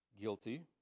guilty